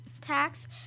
packs